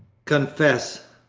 confess,